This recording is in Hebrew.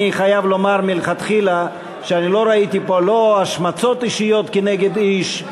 אני חייב לומר שמלכתחילה לא ראיתי פה השמצות אישיות כנגד איש,